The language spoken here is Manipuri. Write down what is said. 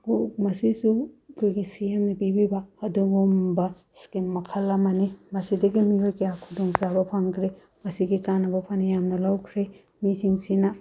ꯃꯁꯤꯁꯨ ꯑꯩꯈꯣꯏꯒꯤ ꯁꯤ ꯑꯦꯝꯅ ꯄꯤꯕꯤꯕ ꯑꯗꯨꯒꯨꯝꯕ ꯁ꯭ꯀꯤꯝ ꯃꯈꯜ ꯑꯃꯅꯤ ꯃꯁꯤꯗꯒꯤ ꯃꯤꯑꯣꯏ ꯀꯌꯥ ꯈꯨꯗꯣꯡ ꯆꯥꯕ ꯐꯪꯈ꯭ꯔꯦ ꯃꯁꯤꯒꯤ ꯀꯥꯟꯅꯕ ꯐꯅꯌꯥꯝꯅ ꯂꯧꯈ꯭ꯔꯦ ꯃꯤꯁꯤꯡꯁꯤꯅ